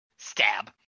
stab